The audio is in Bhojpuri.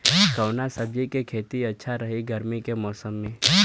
कवना सब्जी के खेती अच्छा रही गर्मी के मौसम में?